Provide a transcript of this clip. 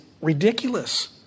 ridiculous